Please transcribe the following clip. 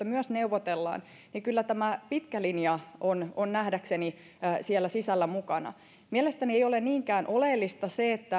myös neuvotellaan niin kyllä tämä pitkä linja on nähdäkseni siellä sisällä mukana mielestäni ei ole niinkään oleellista se